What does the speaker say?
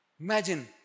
Imagine